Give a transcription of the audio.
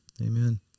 amen